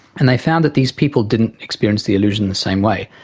and they found that these people didn't experience the illusion the same way.